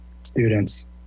students